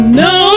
no